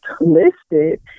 listed